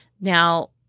Now